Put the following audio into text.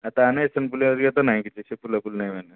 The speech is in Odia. ତା'ହେଲେ ଇସ୍ନୋଫୁଲିଆ ହାରିକା ତ ନାହିଁ କିଛି ଫୁଲା ଫୁଲି ନାହିଁ ମାନେ